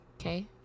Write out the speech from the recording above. Okay